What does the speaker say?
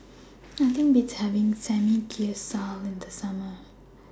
Nothing Beats having Samgyeopsal in The Summer